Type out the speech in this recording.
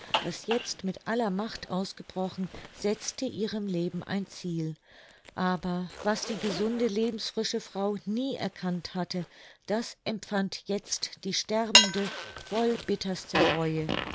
das jetzt mit aller macht ausgebrochen setzte ihrem leben ein ziel aber was die gesunde lebensfrische frau nie erkannt hatte das empfand jetzt die sterbende voll bitterster reue